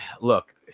look